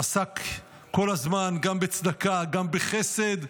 עסק כל הזמן גם בצדקה, גם בחסד,